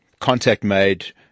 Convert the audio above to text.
contact-made